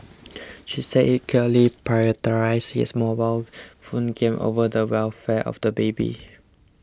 she said he clearly prioritised his mobile phone game over the welfare of the baby